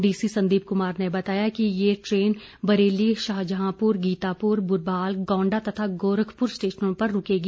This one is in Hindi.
डीसी संदीप कुमार ने कहा कि यह ट्रेन बरेली शाहजहांपुर गीतापुर ब्रबाल गौंडा तथा गौरखपुर स्टेशनों पर रुकेगी